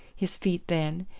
his feet then,